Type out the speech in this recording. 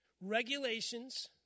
Regulations